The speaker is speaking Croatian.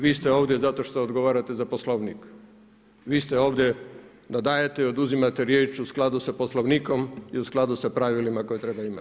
Vi ste ovdje zato što odgovarate za Poslovnik, vi ste ovdje da dajete i oduzimate riječ u skladu sa Poslovnikom i u skladu sa pravilima koje treba imati.